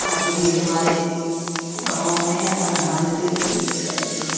अब यही हमारे गाँव में हमारे देश में यही चलते हैं